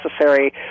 necessary